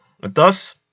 Thus